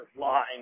lying